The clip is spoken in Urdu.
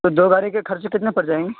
تو دو گاڑی کے خرچے کتنے پڑ جائیں گے